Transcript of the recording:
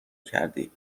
کردی